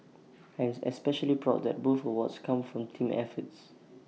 I am especially proud that both awards come from team efforts